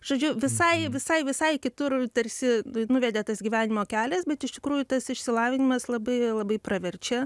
žodžiu visai visai visai kitur tarsi nuvedė tas gyvenimo kelias bet iš tikrųjų tas išsilavinimas labai labai praverčia